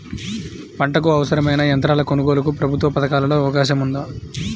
పంటకు అవసరమైన యంత్రాల కొనగోలుకు ప్రభుత్వ పథకాలలో అవకాశం ఉందా?